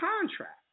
contract